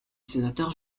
sénateur